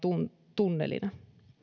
tunnelina